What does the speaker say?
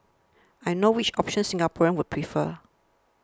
I know which option Singaporeans would prefer